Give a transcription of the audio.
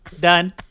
Done